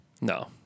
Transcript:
No